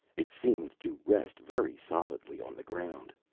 it seemed to rest very solidly on the ground.